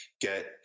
get